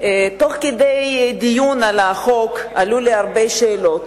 תוך כדי הדיון על החוק עלו אצלי הרבה שאלות.